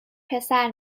پسر